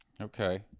Okay